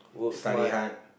study hard